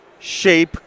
shape